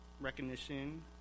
recognition